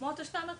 כמו תושבי המרכז,